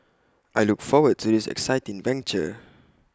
I look forward to this exciting venture